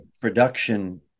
production